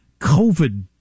COVID